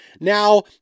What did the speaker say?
now